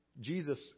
Jesus